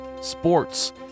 sports